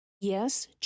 Yes